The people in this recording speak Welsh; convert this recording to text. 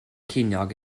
ceiniog